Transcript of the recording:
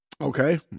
Okay